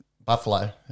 Buffalo